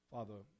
Father